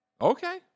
okay